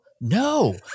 no